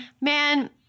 man